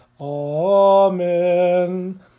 Amen